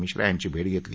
मिश्रा यांची भेट घेतली